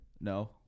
No